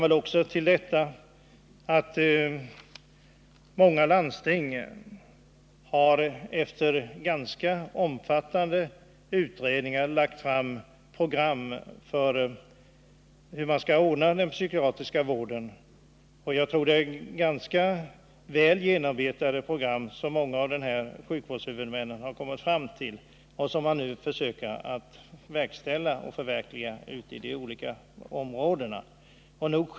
Det kan också tilläggas att många landsting efter omfattande utredningar har lagt fram egna program för hur man skall ordna den psykiatriska vården. Jag tror det är ganska väl genomarbetade vårdprogram som många av sjukvårdshuvudmännen har utarbetat och som man nu försöker förverkliga och verkställa ute i de olika områdena.